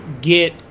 get